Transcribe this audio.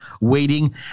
waiting